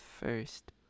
First